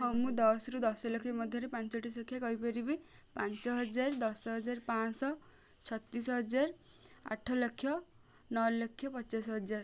ହଁ ମୁଁ ଦଶରୁ ଦଶ ଲକ୍ଷ ମଧ୍ୟରେ ପାଞ୍ଚଟି ସଂଖ୍ୟା କହିପାରିବି ପାଞ୍ଚ ହଜାର ଦଶ ହଜାର ପାଞ୍ଚଶହ ଛତିଶ ହଜାର ଆଠ ଲକ୍ଷ ନଅ ଲକ୍ଷ ପଚାଶ ହଜାର